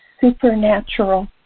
supernatural